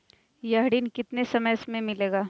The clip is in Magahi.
यह ऋण कितने समय मे मिलेगा?